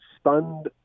stunned